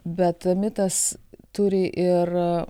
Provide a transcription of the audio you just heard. bet mitas turi ir